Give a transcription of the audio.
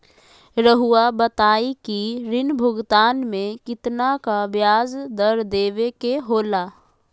रहुआ बताइं कि ऋण भुगतान में कितना का ब्याज दर देवें के होला?